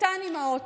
אותן אימהות,